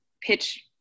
pitch